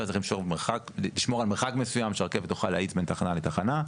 צריך לשמור על מרחק מסוים שהרכבת תוכל להאיץ בין תחנה לתחנה.